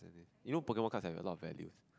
you know Pokemon cards have a lot of value